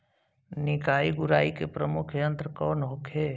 निकाई गुराई के प्रमुख यंत्र कौन होखे?